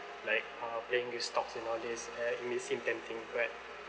like uh playing with stocks and all these uh it may seem tempting but